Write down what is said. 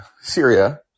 Syria